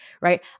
right